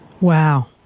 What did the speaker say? wow